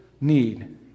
need